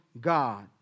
God